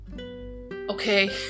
okay